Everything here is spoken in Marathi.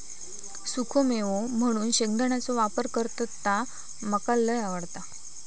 सुखो मेवो म्हणून शेंगदाण्याचो वापर करतत ता मका लय आवडता